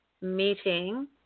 meeting